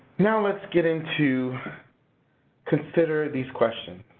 now let's get into consider these questions.